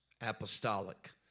apostolic